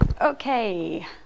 Okay